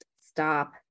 stop